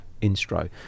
intro